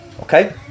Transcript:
okay